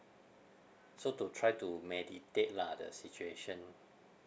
so to try to mediate lah the situation